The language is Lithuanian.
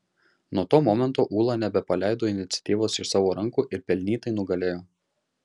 nuo to momento ūla nebepaleido iniciatyvos iš savo rankų ir pelnytai nugalėjo